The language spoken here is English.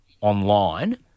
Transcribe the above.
online